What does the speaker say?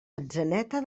atzeneta